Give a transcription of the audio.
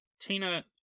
Tina